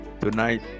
tonight